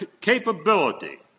capability